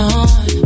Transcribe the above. on